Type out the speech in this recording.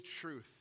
truth